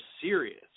serious